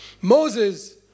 Moses